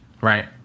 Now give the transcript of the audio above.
right